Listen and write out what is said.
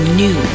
new